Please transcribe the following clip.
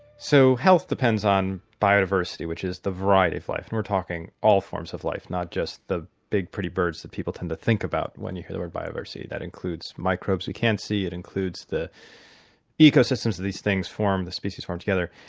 so health depends on biodiversity which is the variety of life, and we're talking all forms of life, not just the big pretty birds that people tend to think about when you hear the word biodiversity. that includes microbes we can't see, it includes the ecosystems that these things form, the species all together,